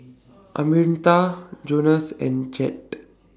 Arminta Jonas and Jett